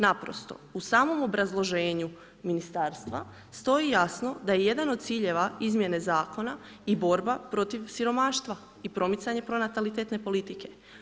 Naprosto, u samom obrazloženju ministarstva stoji jasno da je jedan od ciljeva izmjene zakona i borba protiv siromaštva i promicanje pronatalitetne politike.